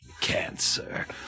cancer